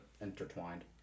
intertwined